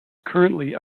currently